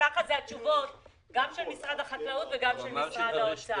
ככה הן התשובות גם של משרד החקלאות וגם של משרד האוצר.